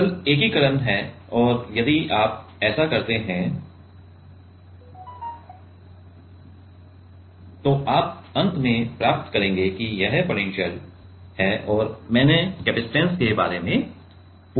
सरल एकीकरण है और यदि आप ऐसा करते हैं तो आप अंत में प्राप्त करेंगे कि यह पोटेंशियल है और मैंने कपसिटंस के बारे में पूछा है